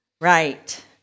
Right